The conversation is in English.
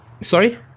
Sorry